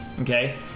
okay